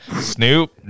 Snoop